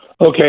Okay